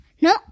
No